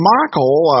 Michael